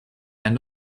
and